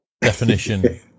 definition